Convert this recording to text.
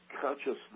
consciousness